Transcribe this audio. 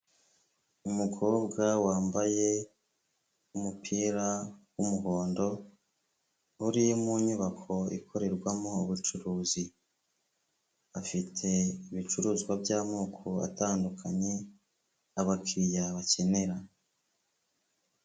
Umukobwa wambaye umupira w'umuhondo, uri mu nyubako ikorerwamo ubucuruzi, afite ibicuruzwa by'amoko atandukanye abakiriya bakenera.